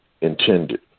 intended